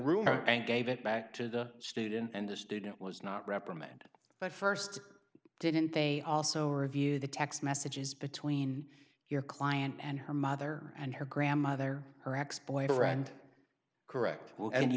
rumor and gave it back to the student and the student was not reprimanded by first didn't they also review the text messages between your client and her mother and her grandmother her ex boyfriend correct and you